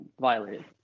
violated